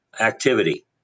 activity